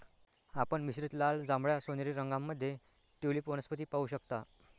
आपण मिश्रित लाल, जांभळा, सोनेरी रंगांमध्ये ट्यूलिप वनस्पती पाहू शकता